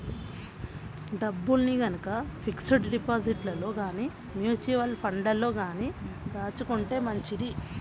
డబ్బుల్ని గనక ఫిక్స్డ్ డిపాజిట్లలో గానీ, మ్యూచువల్ ఫండ్లలో గానీ దాచుకుంటే మంచిది